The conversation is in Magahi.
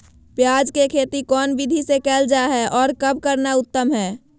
प्याज के खेती कौन विधि से कैल जा है, और कब करना उत्तम है?